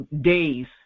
days